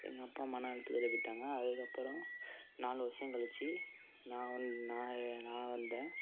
எங்கள் அப்பா மனஅழுத்தத்துல போய்ட்டாங்க அதுக்கப்புறம் நாலு வருஷம் கழிச்சி நான் வந்து நான் நான் வந்தேன்